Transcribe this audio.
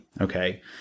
Okay